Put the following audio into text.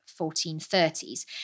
1430s